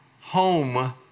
home